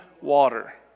water